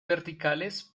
verticales